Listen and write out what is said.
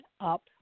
up